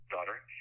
daughter